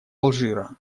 алжира